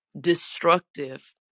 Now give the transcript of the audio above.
destructive